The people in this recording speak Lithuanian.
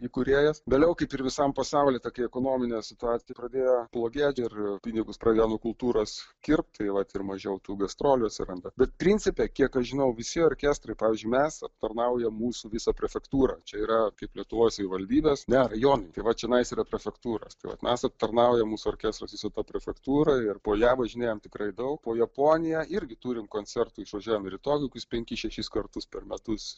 įkūrėjas vėliau kaip ir visam pasauly tokia ekonominė situacija pradėjo blogėti ir pinigus pradėjo nuo kultūros kirpt tai vat ir mažiau tų gastrolių atsiranda bet principe kiek aš žinau visi orkestrai pavyzdžiui mes aptarnaujam mūsų visą prefektūrą čia yra kaip lietuvoj savivaldybės ne rajonai tai vat čionais yra prefektūros tai vat mes aptarnaujam mūsų orkestras visą tą prefektūrą ir po ją važinėjam tikrai daug po japoniją irgi turim koncertų išvažiuojam ir į tokiją kokius penkis šešis kartus per metus